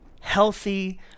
Healthy